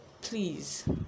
Please